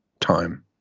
time